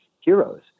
heroes